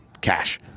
cash